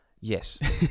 yes